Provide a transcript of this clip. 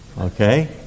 Okay